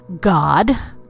god